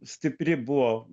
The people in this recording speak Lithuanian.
stipri buvo